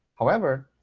however,